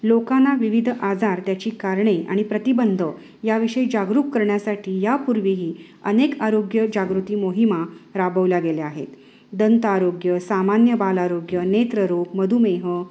लोकांना विविध आजार त्याची कारणे आणि प्रतिबंध याविषयी जागरूक करण्यासाठी यापूर्वीही अनेक आरोग्य जागृती मोहिमा राबवल्या गेल्या आहेत दंतआरोग्य सामान्य बालआरोग्य नेत्ररोग मधुमेह